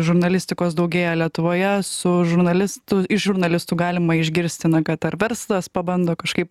žurnalistikos daugėja lietuvoje su žurnalistu iš žurnalistų galima išgirsti kad ar verslas pabando kažkaip